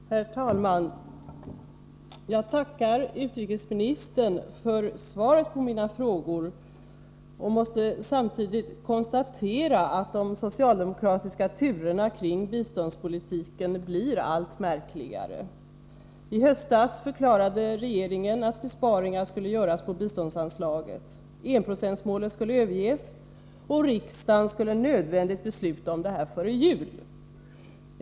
Herr talman! Jag tackar utrikesministern för svaret på mina frågor och måste samtidigt konstatera att de socialdemokratiska turerna kring biståndspolitiken blir allt märkligare. I höstas förklarade regeringen att besparingar skulle göras på biståndsanslaget. Enprocentsmålet skulle överges, och riksdagen skulle nödvändigt besluta om det här före jul.